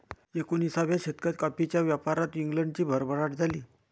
एकोणिसाव्या शतकात कॉफीच्या व्यापारात इंग्लंडची भरभराट झाली